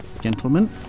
Gentlemen